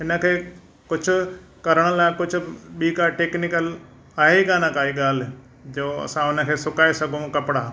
इन खे कुझु करण लाइ कुझु ॿी का टेकनीकल आहे ई कोन काई ॻाल्हि जो असां हुन खे सुकाए सघूं कपिड़ा